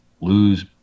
lose